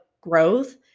growth